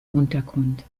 untergrund